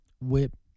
whip